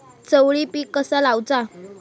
चवळी पीक कसा लावचा?